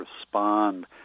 respond